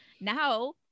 now